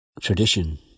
tradition